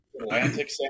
Atlantic